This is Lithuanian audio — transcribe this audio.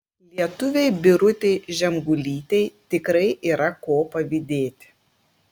lietuvei birutei žemgulytei tikrai yra ko pavydėti